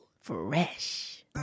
Fresh